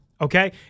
okay